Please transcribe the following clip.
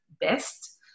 best